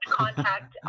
contact